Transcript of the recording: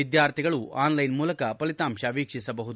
ವಿದ್ಯಾರ್ಥಿಗಳು ಆನ್ಲೈನ್ ಮೂಲಕ ಫಲಿತಾಂಶ ವೀಕ್ಷಿಸಬಹುದು